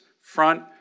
front